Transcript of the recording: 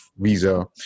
visa